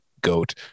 goat